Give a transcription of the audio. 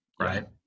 right